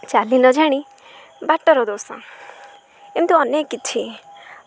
ଚାଲି ନଜାଣି ବାଟର ଦୋଷ ଏମିତି ଅନେକ କିଛି